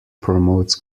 promotes